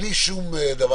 בלי שום דבר.